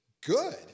good